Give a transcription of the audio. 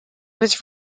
was